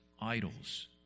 idols